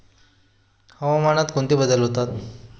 हवामानात कोणते बदल होतात?